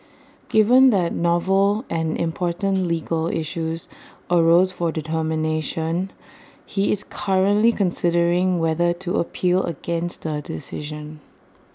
given that novel and important legal issues arose for determination he is currently considering whether to appeal against the decision